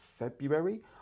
February